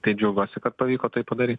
tai džiaugiuosi kad pavyko tai padary